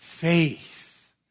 Faith